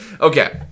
Okay